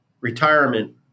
retirement